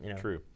true